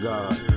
God